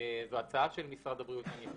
וזאת ההצעה של משרד הבריאות.